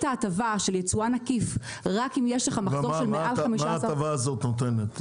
מה ההטבה הזו נותנת?